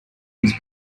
his